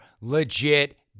legit